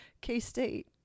K-State